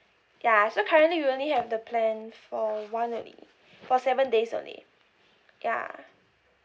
ya so currently we only have the plan for one only for seven days only ya